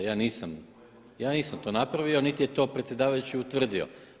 Ja nisam to napravio niti je to predsjedavajući utvrdio.